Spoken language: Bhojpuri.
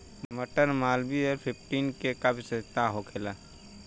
मटर मालवीय फिफ्टीन के का विशेषता होखेला?